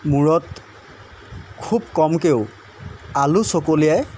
মূৰত খুব কমকৈও আলু চকলিয়াই